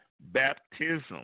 baptism